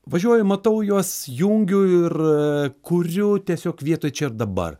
važiuoju matau juos jungiu ir kuriu tiesiog vietoj čia ir dabar